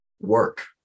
work